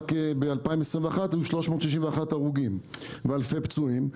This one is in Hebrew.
בשנת 2021 היו 361 הרוגים ואלפי פצועים.